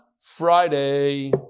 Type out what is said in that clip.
Friday